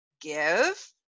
give